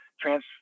trans